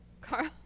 Carl